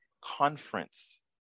conference